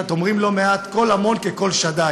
את יודעת, אומרים לא מעט: "קול המון כקול שדי"